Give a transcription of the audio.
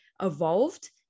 evolved